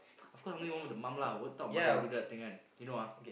of course something wrong with the mum lah what type of mother would do that thing [one] you know ah